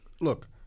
Look